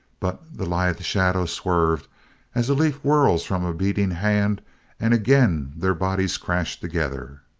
but the lithe shadow swerved as a leaf whirls from a beating hand and again their bodies crashed together.